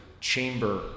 chamber